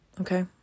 Okay